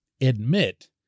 admit